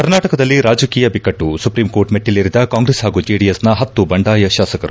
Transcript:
ಕರ್ನಾಟಕದಲ್ಲಿ ರಾಜಕೀಯ ಬಿಕ್ಕಟ್ಟು ಸುಪ್ರೀಂಕೋರ್ಟ್ ಮೆಟ್ನಿಲೇರಿದ ಕಾಂಗ್ರೆಸ್ ಹಾಗೂ ಜೆಡಿಎಸ್ನ ಹತ್ತು ಬಂಡಾಯ ಶಾಸಕರು